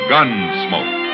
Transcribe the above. Gunsmoke